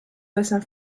bassin